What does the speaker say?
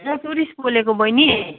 म टुरिस्ट बोलेको बैनी